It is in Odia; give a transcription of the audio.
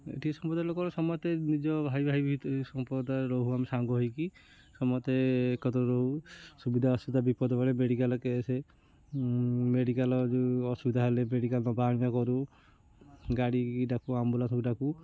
ଏଇଠି ସମ୍ପ୍ରଦାୟ ଲୋକ ସମସ୍ତେ ନିଜ ଭାଇ ଭାଇ ଭିତରେ ସମ୍ପ୍ରଦାୟ ରହୁ ଆମେ ସାଙ୍ଗ ହେଇକି ସମସ୍ତେ ଏକତ ରହୁ ସୁବିଧା ଅସୁବିଧା ବିପଦ ବେଳେ ମେଡ଼ିକାଲ କେସେ ମେଡ଼ିକାଲ ଯେଉଁ ଅସୁବିଧା ହେଲେ ମେଡ଼ିକାଲ ନବା ଆଣିବା କରୁ ଗାଡ଼ିକି ତାକୁ ଆମ୍ବୁଲାନ୍ସବି ଡ଼ାକୁ